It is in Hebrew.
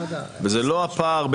וזה לא הפער,